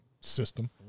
system